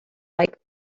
like